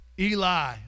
Eli